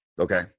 Okay